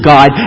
God